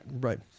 Right